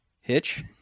Hitch